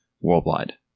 worldwide